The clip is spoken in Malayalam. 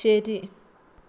ശരി